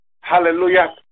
hallelujah